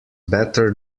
better